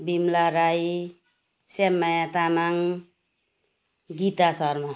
Bimala Rai Shyammaya Tamang Gita Sharma